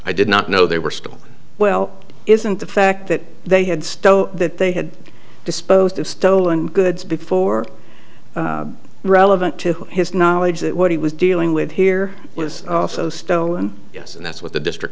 i did not know they were still well isn't the fact that they had stole that they had disposed of stolen goods before relevant to his knowledge that what he was dealing with here was also stolen yes and that's what the district